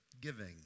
giving